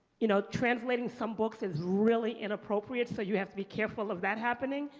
you know, translating some books is really inappropriate, so you have to be careful of that happening.